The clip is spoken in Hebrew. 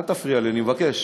אל תפריע לי, אני מבקש.